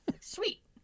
Sweet